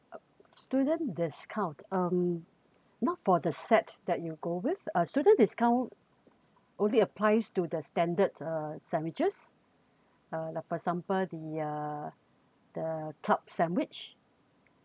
student discount um not for the set that you go with uh student discount only applies to the standards uh sandwiches uh for example the uh the club sandwich